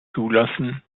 zulassen